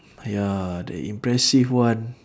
!haiya! the impressive one